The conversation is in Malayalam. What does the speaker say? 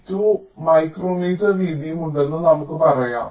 32 മൈക്രോമീറ്റർ വീതിയുമുണ്ടെന്ന് നമുക്ക് പറയാം